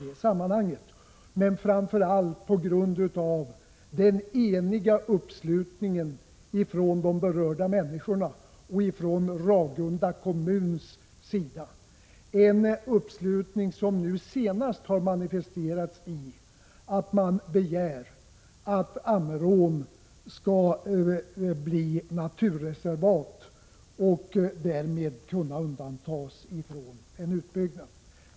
Framför allt var det dock på grund av den eniga uppslutningen från de berörda människorna och från Ragunda kommuns sida, en uppslutning som nu senast har manifesterats i att man begär att Ammerån skall bli naturreservat och därmed kunna undantas från utbyggnad.